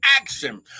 action